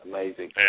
Amazing